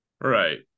right